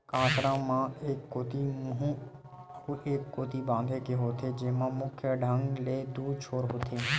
कांसरा म एक कोती मुहूँ अउ ए कोती बांधे के होथे, जेमा मुख्य ढंग ले दू छोर होथे